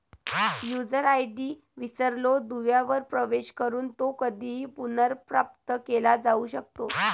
user ID विसरलो दुव्यावर प्रवेश करून तो कधीही पुनर्प्राप्त केला जाऊ शकतो